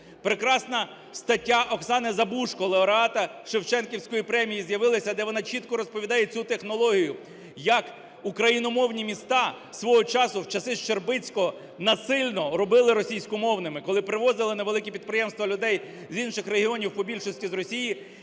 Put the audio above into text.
Прекрасна стаття Оксани Забужко, лауреата Шевченківської премії, з'явилася, де вона чітко розповідає цю технологію, як україномовні міста свого часу, в часи Щербицького, насильно робили російськомовними. Коли привозили на великі підприємства людей з інших регіонів, у більшості з Росії,